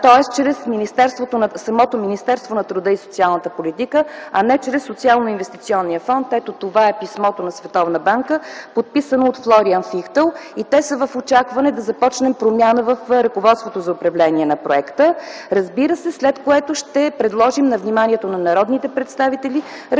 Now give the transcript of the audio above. тоест чрез самото Министерство на труда и социалната политика, а не чрез Социалноинвестиционния фонд. Ето, това е писмото на Световната банка, подписано от Флориан Фихтъл. Те са в очакване да започне промяна в ръководството за управление на проекта, след което ще предложим на вниманието на народните представители